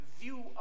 view